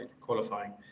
qualifying